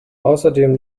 außerdem